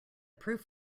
proof